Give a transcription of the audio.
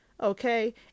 okay